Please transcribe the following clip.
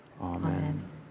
Amen